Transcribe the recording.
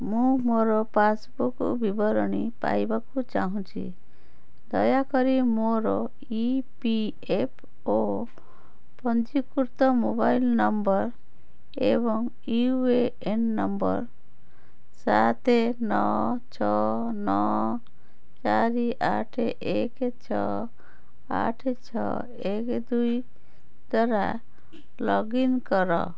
ମୁଁ ମୋର ପାସ୍ବୁକ୍ ବିବରଣୀ ପାଇବାକୁ ଚାହୁଁଛି ଦୟାକରି ମୋର ଇ ପି ଏଫ୍ ଓ ପଞ୍ଜୀକୃତ ମୋବାଇଲ୍ ନମ୍ବର ଏବଂ ୟୁ ଏ ଏନ୍ ନମ୍ବର ସାତ ନଅ ଛଅ ନଅ ଚାରି ଆଠ ଏକ ଛଅ ଆଠ ଛଅ ଏକ ଦୁଇ ଦ୍ଵାରା ଲଗ୍ଇନ୍ କର